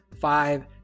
Five